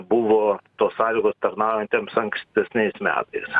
buvo tos sąlygos tarnaujantiems ankstesniais metais